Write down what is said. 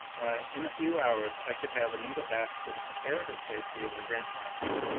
why, in a few hours i could have anita back to the comparative safety of the grantline camp.